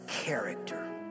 character